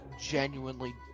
genuinely